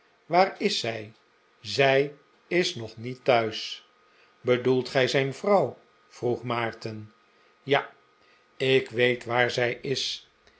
waar is zij zij is nog niet thuis bedoelt gij zijn vrouw vroeg maarten ja ik weet waar zij is